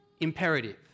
imperative